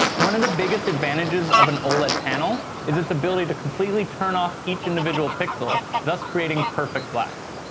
one of the biggest advantages of an oled panel, is its ability to completely turn off each individual pixel, thus creating perfect blacks.